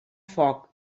foc